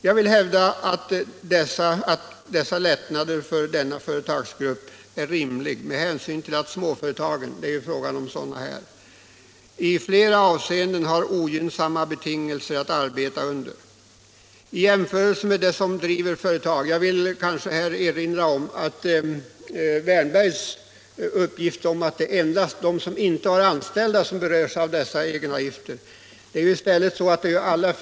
Jag vill hävda att lättnaderna för denna företagsgrupp är rimliga med hänsyn till att småföretagen — det är ju dem det är fråga om här — i flera avseenden har ogynnsamma betingelser att arbeta under. Herr Wärnberg påstod att det endast är de som inte har anställda som berörs av dessa egenavgifter. Så förhåller det sig inte.